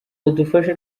badufashe